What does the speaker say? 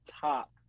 top